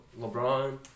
LeBron